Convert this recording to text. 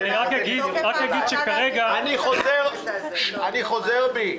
אני חוזר בי.